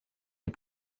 les